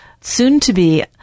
soon-to-be